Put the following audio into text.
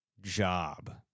job